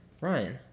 Ryan